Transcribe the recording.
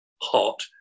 hot